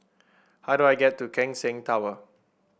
how do I get to Keck Seng Tower